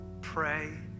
pray